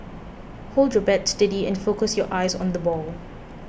hold your bat steady and focus your eyes on the ball